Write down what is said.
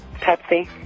Pepsi